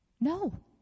no